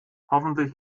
hoffentlich